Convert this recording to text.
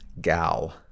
Gal